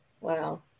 Wow